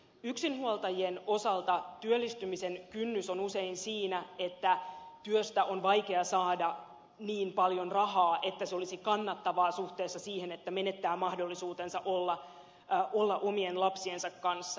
yksinhuoltajien osalta työllistymisen kynnys on usein siinä että työstä on vaikea saada niin paljon rahaa että se olisi kannattavaa suhteessa siihen että menettää mahdollisuutensa olla omien lapsiensa kanssa